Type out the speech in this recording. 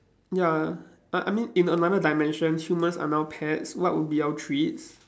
ya I I mean in another dimension humans are now pets what would be our treats